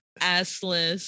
assless